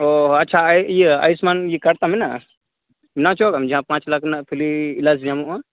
ᱚ ᱟᱪᱪᱷᱟ ᱤᱭᱟᱹ ᱟᱭᱤᱥᱢᱟᱱ ᱠᱟᱨᱰ ᱛᱟᱢ ᱢᱮᱱᱟᱜᱼᱟ ᱵᱮᱱᱟᱣ ᱦᱚᱪᱚ ᱟᱠᱟᱫ ᱟᱢ ᱡᱟᱦᱟᱸ ᱯᱟᱸᱪᱞᱟᱠᱷ ᱨᱮᱱᱟᱜ ᱯᱷᱨᱤ ᱮᱞᱟᱡ ᱧᱟᱢᱚᱜᱼᱟ